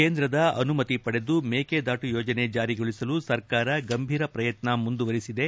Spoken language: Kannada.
ಕೇಂದ್ರದ ಅನುಮತಿ ಪಡೆದು ಮೇಕೆದಾಟು ಯೋಜನೆ ಜಾರಿಗೊಳಿಸಲು ಸರ್ಕಾರ ಗಂಭೀರ ಪ್ರಯತ್ನ ಮುಂದುವರಿಸಿದೆ